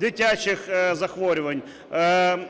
дитячих захворювань,